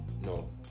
No